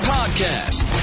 Podcast